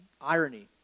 irony